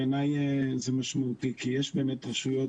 -- בעניין הזה שבעיניי זה משמעותי כי יש באמת רשויות